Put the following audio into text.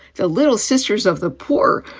the little sisters of the poor,